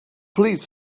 please